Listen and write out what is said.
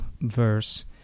verse